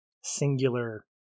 singular